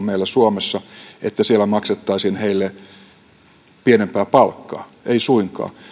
meillä suomessa että siellä maksettaisiin heille pienempää palkkaa ei suinkaan